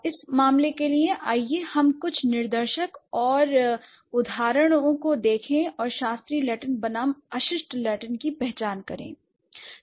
इस मामले के लिए आइए हम कुछ निदर्शक और के उदाहरण को देखें और शास्त्रीय लैटिन बनाम अशिष्ट लैटिन की पहचान करें